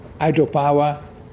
hydropower